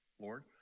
Lord